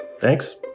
Thanks